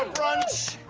brunch